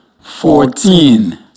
fourteen